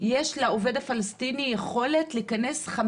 יש לעובד הפלסטיני יכולת להיכנס לישראל